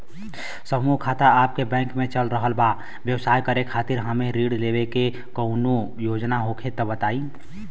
समूह खाता आपके बैंक मे चल रहल बा ब्यवसाय करे खातिर हमे ऋण लेवे के कौनो योजना होखे त बताई?